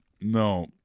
No